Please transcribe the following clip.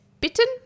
bitten